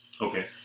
Okay